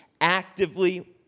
actively